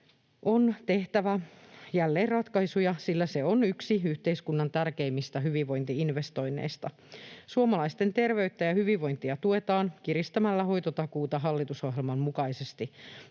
on tehtävä jälleen ratkaisuja, sillä se on yksi yhteiskunnan tärkeimmistä hyvinvointi-investoinneista. Suomalaisten terveyttä ja hyvinvointia tuetaan kiristämällä hoitotakuuta hallitusohjelman mukaisesti.